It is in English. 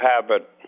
habit